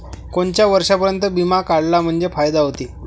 कोनच्या वर्षापर्यंत बिमा काढला म्हंजे फायदा व्हते?